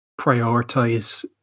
prioritize